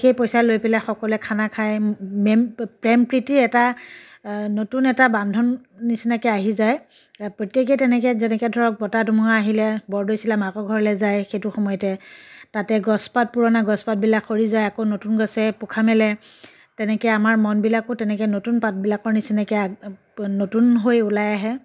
সেই পইচা লৈ পেলাই সকলোৱে খানা খাই মেম প্ৰেম প্ৰীতিৰ এটা নতুন এটা বান্ধোনৰ নিচিনাকৈ আহি যায় প্ৰত্যেকেই তেনেকৈ যেনেকৈ ধৰক বতাহ ধুমুহা আহিলে বৰদৈচিলা মাকৰ ঘৰলৈ যায় সেইটো সময়তে তাতে গছপাত পুৰণা গছপাতবিলাক সৰি যায় আকৌ নতুন গছে পোখা মেলে তেনেকৈ আমাৰ মনবিলাকো তেনেকৈ নতুন পাতবিলাকৰ নিচিনাকৈ নতুন হৈ ওলাই আহে